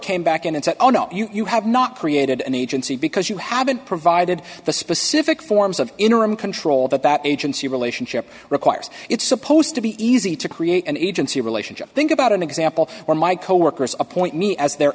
came back and said oh no you have not created an agency because you haven't provided the specific forms of interim control that that agency relationship requires it's supposed to be easy to create an agency relationship think about an example or my coworkers appoint me as their